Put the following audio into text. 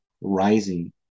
rising